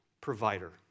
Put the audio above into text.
provider